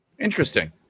Interesting